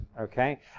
okay